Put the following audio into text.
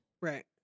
Right